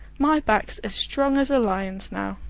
my back's as strong as a lion's now.